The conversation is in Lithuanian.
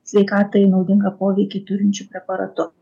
sveikatai naudingą poveikį turinčiu preparatu